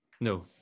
no